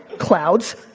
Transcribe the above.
clouds,